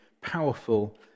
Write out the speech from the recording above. powerful